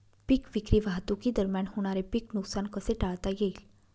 पीक विक्री वाहतुकीदरम्यान होणारे पीक नुकसान कसे टाळता येईल?